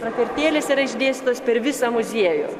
prakartėlės yra išdėstytos per visą muziejų